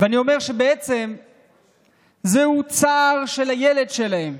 ואני אומר שבעצם זהו צער של הילד שלהם,